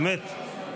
באמת.